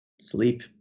sleep